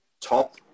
Top